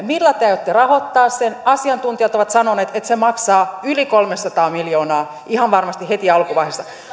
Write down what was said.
millä te aiotte rahoittaa sen asiantuntijat ovat sanoneet että se maksaa yli kolmesataa miljoonaa ihan varmasti heti alkuvaiheessa